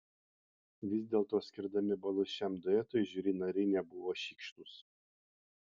vis dėlto skirdami balus šiam duetui žiuri nariai nebuvo šykštūs